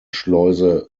schleuse